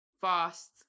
Fast